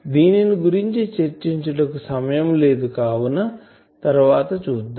దీనిని గురించి చర్చించుటకు సమయం లేదు కావున తరువాత చూద్దాం